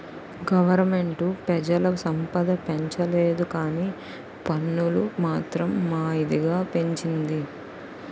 government పెజల సంపద పెంచలేదుకానీ పన్నులు మాత్రం మా ఇదిగా పెంచింది